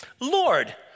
Lord